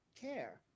care